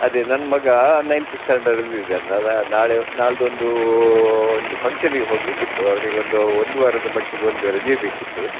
ಅದೇ ನನ್ನ ಮಗ ನೈನ್ತ್ ಸ್ಟ್ಯಾಂಡರ್ಡಲ್ಲಿದ್ದಾನಲ ನಾಳೆ ನಾಡ್ದ್ ಒಂದು ಒಂದು ಫಂಕ್ಷನಿಗೆ ಹೋಗಲಿಕ್ಕಿತ್ತು ಅವ್ನಿಗೆ ಒಂದು ಒಂದು ವಾರದ ಮಟ್ಟಿಗೆ ಒಂದು ರಜೆ ಬೇಕಿತ್ತು